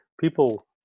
people